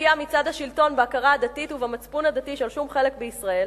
פגיעה מצד השלטון בהכרה הדתית ובמצפון הדתי של שום חלק בישראל,